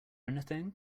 anything